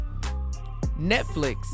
netflix